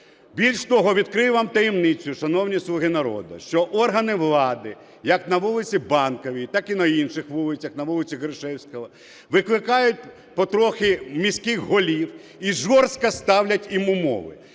Більше того, відкрию вам таємницю, шановні "Слуга народу", що органи влади як на вулиці Банковій, так і на інших вулицях, на вулиці Грушевського, викликають потрохи міських голів і жорстко ставлять їм умови.